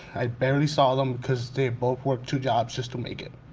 i barely saw them cause they both worked two jobs just to make it.